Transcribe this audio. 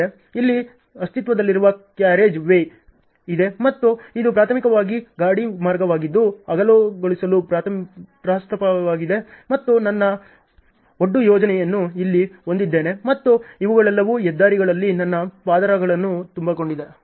ಇಲ್ಲಿ ಅಸ್ತಿತ್ವದಲ್ಲಿರುವ carriageway ಇದೆ ಮತ್ತು ಇದು ಪ್ರಾಥಮಿಕವಾಗಿ ಗಾಡಿಮಾರ್ಗವಾಗಿದ್ದು ಅಗಲಗೊಳಿಸಲು ಪ್ರಸ್ತಾಪಿಸಲಾಗಿದೆ ಮತ್ತು ನನ್ನ ಒಡ್ಡು ಯೋಜನೆಯನ್ನು ಇಲ್ಲಿ ಹೊಂದಿದ್ದೇನೆ ಮತ್ತು ಇವುಗಳೆಲ್ಲವೂ ಹೆದ್ದಾರಿಗಳಲ್ಲಿ ನನ್ನ ಪದರಗಳನ್ನು ತುಂಬಿಕೊಂಡಿದೆ